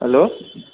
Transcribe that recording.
hello